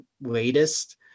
latest